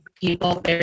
people